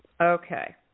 Okay